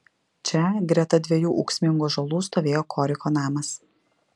čia greta dviejų ūksmingų ąžuolų stovėjo koriko namas